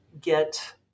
get